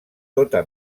tota